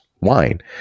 wine